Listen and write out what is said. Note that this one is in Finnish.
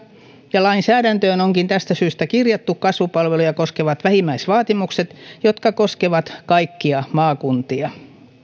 ja lainsäädäntöön onkin tästä syystä kirjattu kasvupalveluja koskevat vähimmäisvaatimukset jotka koskevat kaikkia maakuntia